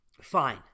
fine